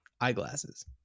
eyeglasses